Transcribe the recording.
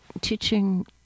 teaching